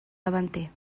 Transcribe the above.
davanter